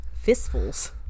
fistfuls